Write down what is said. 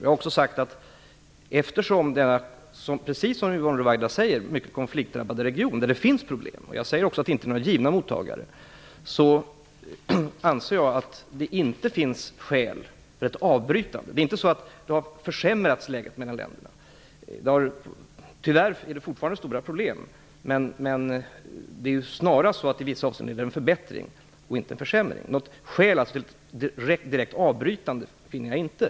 Jag har också sagt att jag anser att det i denna, som Yvonne Ruwaida framhåller, mycket konfliktdrabbade region, där det finns problem och där det inte finns några givna mottagare, inte finns skäl för ett avbrytande. Det är inte så att läget mellan länderna har försämrats. Det råder tyvärr fortfarande stora problem, men i vissa avseenden har det snarast skett en förbättring, inte en försämring. Något skäl för ett direkt avbrytande finner jag inte.